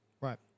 Right